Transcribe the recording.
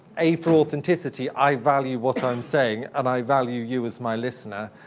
a for authenticity, i value what i'm saying and i value you as my listener,